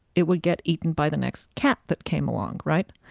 it would get eaten by the next cat that came along. right?